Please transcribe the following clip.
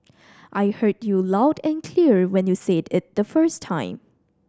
I heard you loud and clear when you said it the first time